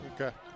Okay